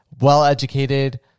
well-educated